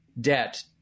debt